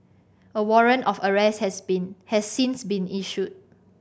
a warrant of arrest has been has since been issued